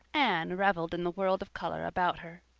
anne reveled in the world of color about her.